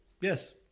Yes